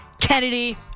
Kennedy